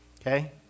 Okay